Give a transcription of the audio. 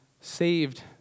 saved